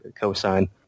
Cosine